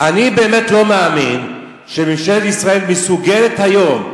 אני באמת לא מאמין שממשלת ישראל מסוגלת היום,